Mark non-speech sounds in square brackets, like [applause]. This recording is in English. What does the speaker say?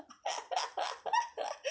[laughs]